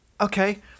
Okay